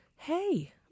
Hey